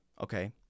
okay